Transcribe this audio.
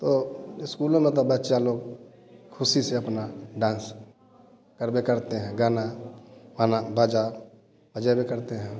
तो स्कूलों में तो बच्चा लोग खुशी से अपना डांस करबे करते हैं गाना वाना बाजा बजाया करते हैं